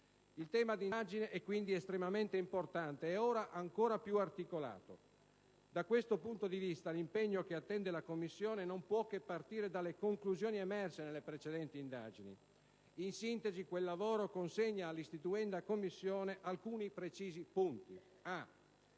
Il tema di indagine è quindi estremamente importante e, ora, ancora più articolato. Da questo punto di vista, l'impegno che attende la Commissione non può che partire dalle conclusioni emerse nelle precedenti indagini. In sintesi, quel lavoro consegna all'istituenda Commissione alcuni precisi punti.